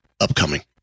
upcoming